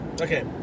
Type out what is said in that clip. okay